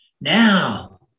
Now